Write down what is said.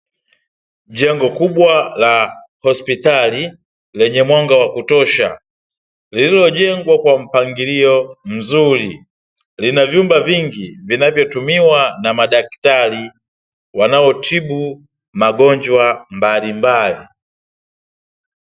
Jengo kubwa la hospitali lenye mwanga wa kutosha, lililojengwa kwa mpangilio mzuri. Lina vyumba vingi vinavotumiwa na madaktari wanaotibu magonjwa mbalimbali.